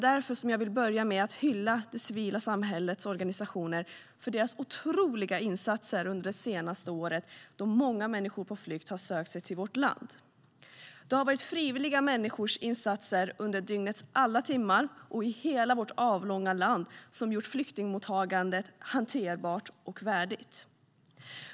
Därför vill jag börja med att hylla det civila samhällets organisationer för deras otroliga insatser under det senaste året, då människor på flykt har sökt sig till vårt land. Det har varit människors frivilliga insatser under dygnets alla timmar och i hela vårt avlånga land som gjort flyktingmottagandet hanterbart och värdigt.